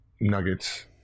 Nuggets